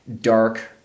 dark